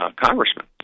congressman